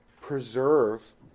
preserve